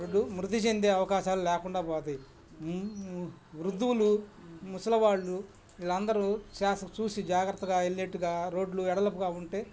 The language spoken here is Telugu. రోడ్డు మృతి చెందే అవకాశాలు లేకుండా పోతాయి వృద్ధులు ముసలి వాళ్ళు వీళ్ళందరూ చూసి జాగ్రత్తగా వెళ్ళేట్టుగా రోడ్లు వెడల్పుగా ఉంటే